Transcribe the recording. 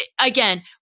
again